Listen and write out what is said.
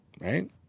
right